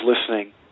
listening